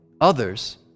others